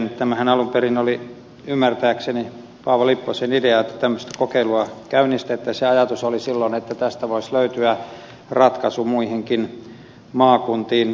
tämähän alun perin oli ymmärtääkseni paavo lipposen idea että tämmöistä kokeilua käynnistettäisiin ja ajatus oli silloin että tästä voisi löytyä ratkaisu muihinkin maakuntiin